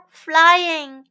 flying